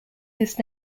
its